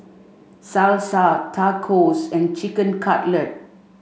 Salsa Tacos and Chicken Cutlet